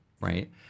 right